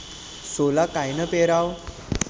सोला कायनं पेराव?